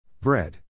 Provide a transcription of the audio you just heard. Bread